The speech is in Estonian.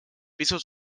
pisut